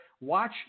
Watch